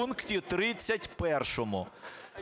пункті 31.